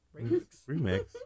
Remix